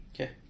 Okay